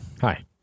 Hi